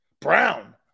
Brown